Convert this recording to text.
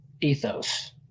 ethos